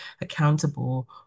accountable